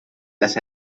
las